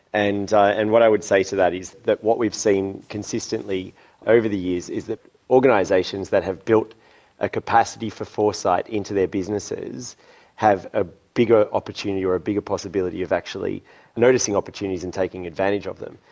and and what i would say to that is that what we've seen consistently over the years is that organisations that have built a capacity for foresight into their businesses have a bigger opportunity or a bigger possibility of actually noticing opportunities and taking advantage of them.